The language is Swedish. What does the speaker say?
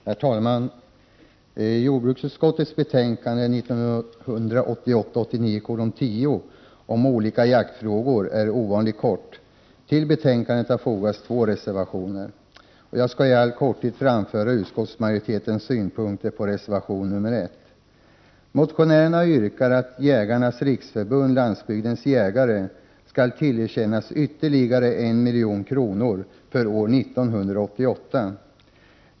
Herr talman! Jordbruksutskottets betänkande 1988/89:10 om olika jaktfrågor är ovanligt kort. Till betänkandet har fogats två reservationer. Jag skall i all korthet framföra utskottsmajoritetens synpunkter på reservation nr 1. Motionärerna yrkar att Jägarnas riksförbund-Landsbygdens jägare skall tillerkännas ytterligare 1 milj.kr. för år 1988.